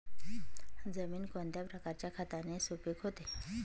जमीन कोणत्या प्रकारच्या खताने सुपिक होते?